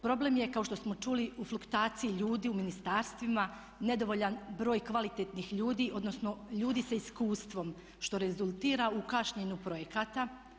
Problem je kao što smo čuli u fluktaciji ljudi u ministarstvima, nedovoljan broj kvalitetnih ljudi odnosno ljudi sa iskustvom što rezultira u kašnjenju projekata.